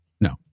no